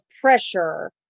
pressure